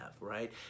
right